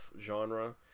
genre